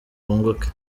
bunguke